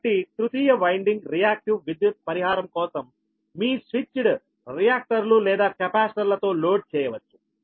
కాబట్టి తృతీయ winding reactive విద్యుత్ పరిహారం కోసం మీ స్విచ్డ్ రియాక్టర్లు లేదా కెపాసిటర్లతో లోడ్ చేయవచ్చు